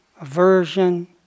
aversion